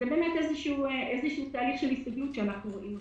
זה תהליך של הסתגלות שאנחנו רואים,